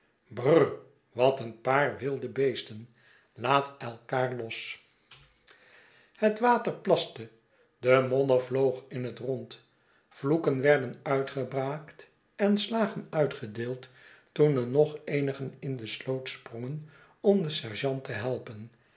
br wat een paar wilde beesten laat elkaar los het water plaste de modder vloog in het rond vloeken werden uitgebraakt en slagen uitgedeeld toen er nog eenigen in de sloot sprongen om den sergeant te helpen